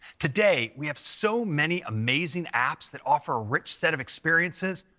today we have so many amazing apps that offer a rich set of experiences,